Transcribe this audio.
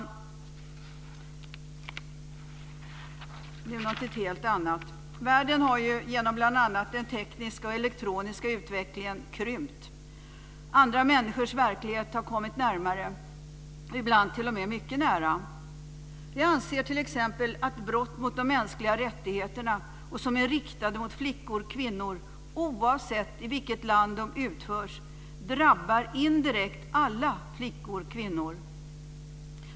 Nu över till något helt annat. Världen har genom bl.a. den tekniska och elektroniska utvecklingen krympt. Andra människors verklighet har kommit närmare och ibland t.o.m. mycket nära. Jag anser att sådana brott mot mänskliga rättigheter som är riktade mot flickor eller kvinnor, oavsett i vilket land som de utförs, indirekt drabbar alla flickor och kvinnor.